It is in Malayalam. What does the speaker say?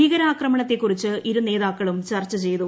ഭീകരാക്രമണത്തെക്കുറിച്ച് ഇരുനേതാക്കളും ചർച്ച ചെയ്തു